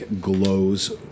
glows